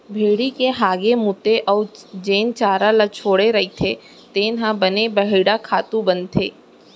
भेड़ी के हागे मूते अउ जेन चारा ल छोड़े रथें तेन ह बने बड़िहा खातू बनथे